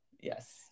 Yes